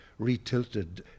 retilted